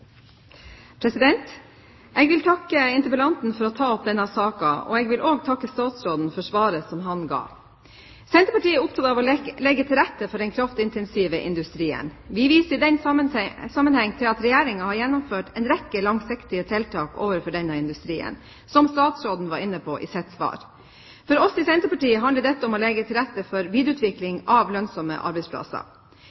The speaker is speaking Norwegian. Jeg vil takke interpellanten for å ta opp denne saken, og jeg vil også takke statsråden for svaret som han ga. Senterpartiet er opptatt av å legge til rette for den kraftintensive industrien. Vi viser i den sammenheng til at Regjeringen har gjennomført en rekke langsiktige tiltak overfor denne industrien, som statsråden var inne på i sitt svar. For oss i Senterpartiet handler dette om å legge til rette for